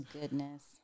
goodness